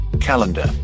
calendar